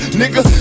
nigga